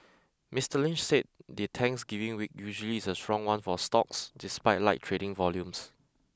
Mister Lynch said the Thanksgiving week usually is a strong one for stocks despite light trading volumes